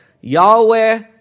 Yahweh